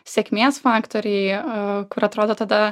sėkmės faktoriai a kur atrodo tada